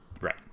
Right